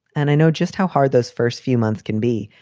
and i know just how hard those first few months can be,